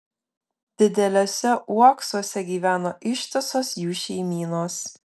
dideliuose uoksuose gyveno ištisos jų šeimynos